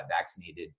vaccinated